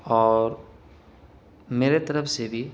اور میرے طرف سے بھی